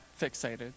fixated